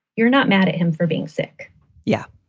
you're not mad at him for being sick yeah,